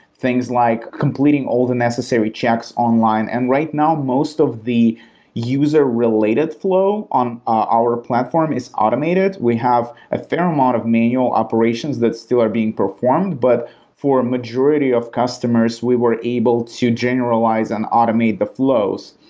things like completing all the necessary checks online, and right now most of the user-related flow on ah our platform is automated. we have a fair amount of manual operations that still are being performed, but for majority of customers we were able to generalize and automate the flows.